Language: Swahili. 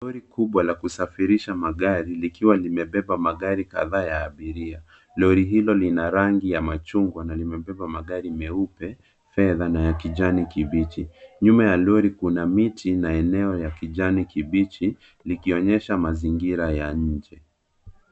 Gari kubwa la kusafirisha magari likiwa limebeba magari kadhaa ya abiria. Lori hilo lina rangi ya machungwa na limebeba magari meupe, fedha na ya kijani kibichi. Nyuma ya lori kuna miti na eneo ya kijani kibichi likionyesha mazingira ya nje.